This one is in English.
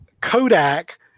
Kodak